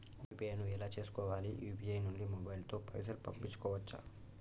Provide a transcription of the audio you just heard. UPI ను ఎలా చేస్కోవాలి యూ.పీ.ఐ నుండి మొబైల్ తో పైసల్ పంపుకోవచ్చా?